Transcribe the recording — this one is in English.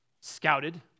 scouted